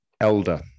Elder